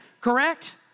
correct